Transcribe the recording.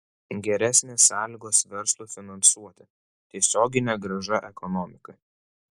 geresnės sąlygos verslui finansuoti tiesioginė grąža ekonomikai